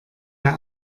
der